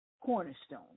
cornerstone